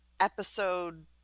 episode